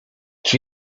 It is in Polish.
czy